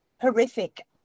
horrific